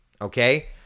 okay